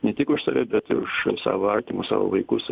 ne tik už save bet ir už savo artimus savo vaikus